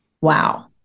Wow